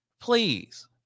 Please